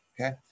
Okay